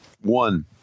one